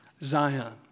Zion